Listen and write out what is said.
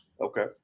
Okay